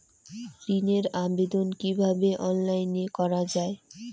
ঋনের আবেদন কিভাবে অনলাইনে করা যায়?